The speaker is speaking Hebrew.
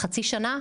או פעם בחצי שנה,